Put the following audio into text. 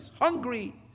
Hungry